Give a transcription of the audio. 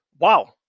Wow